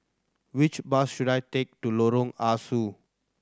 which bus should I take to Lorong Ah Soo